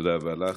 תודה רבה לך.